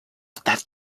that